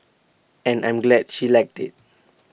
and I'm glad she liked IT